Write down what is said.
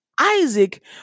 Isaac